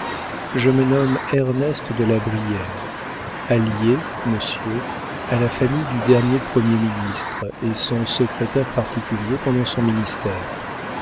je me nomme ernest de la brière allié monsieur à la famille du dernier premier ministre et son secrétaire particulier pendant son ministère